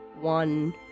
One